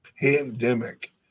pandemic